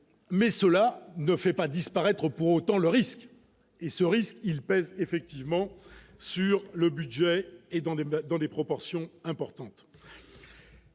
mais cela ne fait pas disparaître pour autant le risque et ce risque, il pèse effectivement sur le budget et dans les bacs dans des proportions importantes.